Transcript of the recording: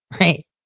right